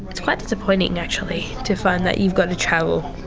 it's quite disappointing actually to find that you've got to travel,